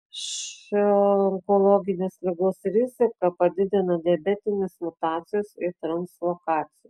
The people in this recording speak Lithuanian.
šio onkologinės ligos riziką padidina diabetinės mutacijos ir translokacijos